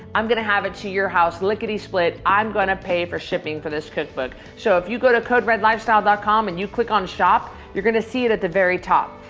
i'm gonna have it to your house lickety split. i'm gonna pay for shipping for this cookbook. so if you go to coderedlifestyle dot com and you click on shop, you're gonna see it at the very top.